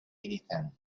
anything